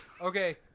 Okay